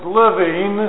living